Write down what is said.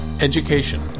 education